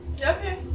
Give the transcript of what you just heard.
Okay